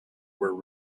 were